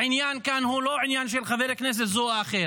העניין כאן הוא לא עניין של חבר כנסת זה או אחר.